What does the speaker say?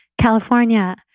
California